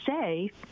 safe